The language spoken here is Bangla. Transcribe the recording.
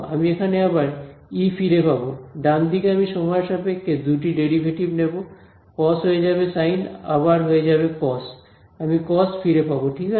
আমি এখানে আবার ই ফিরে পাব ডানদিকে আমি সময়ের সাপেক্ষে দুটি ডেরাইভেটিভ নেব কস হয়ে যাবে সাইন আবার হয়ে যাবে কস আমি কস ফিরে পাব ঠিক আছে